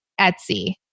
Etsy